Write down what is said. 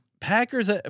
Packers